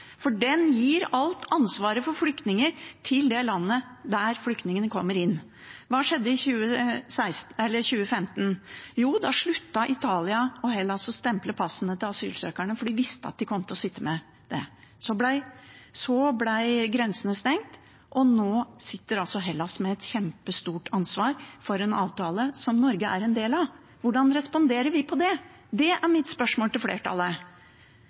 Den gir alt ansvaret for flyktninger til det landet der flyktningene kommer inn. Hva skjedde i 2015? Jo, da sluttet Italia og Hellas å stemple passene til asylsøkerne fordi de visste at de kom til å sitte med ansvaret. Så ble grensene stengt, og nå sitter altså Hellas med et kjempestort ansvar for en avtale som Norge er en del av. Hvordan responderer vi på det? Det er mitt spørsmål til flertallet.